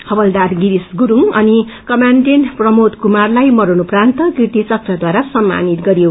हवलदार गिरीश गुरुङ अनि कमाण्डेन्ट प्रमोद कुमारलाई मरणोप्रान्त कीर्ति चक्रद्वारा सम्मानित गरियो